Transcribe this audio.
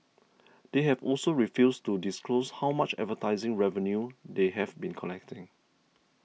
they have also refused to disclose how much advertising revenue they have been collecting